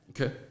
Okay